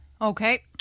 Okay